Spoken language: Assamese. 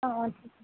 অঁ অঁ ঠিক